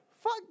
fuck